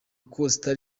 costa